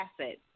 asset